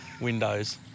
windows